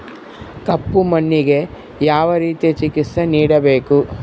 ಕಪ್ಪು ಮಣ್ಣಿಗೆ ಯಾವ ರೇತಿಯ ಚಿಕಿತ್ಸೆ ನೇಡಬೇಕು?